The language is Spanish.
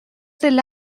del